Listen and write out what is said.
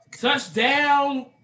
Touchdown